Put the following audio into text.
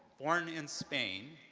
born in spain,